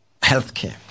Healthcare